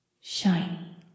Shiny